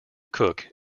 cook